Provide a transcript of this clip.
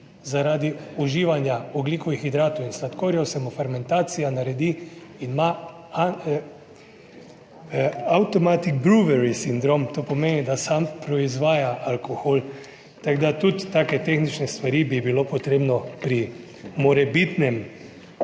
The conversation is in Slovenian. zaradi uživanja ogljikovih hidratov in sladkorjev se mu fermentacija naredi, ima Auto-Brewery Syndrome, to pomeni, da sam proizvaja alkohol. Tako da tudi take tehnične stvari bi bilo potrebno pri morebitnem